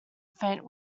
faint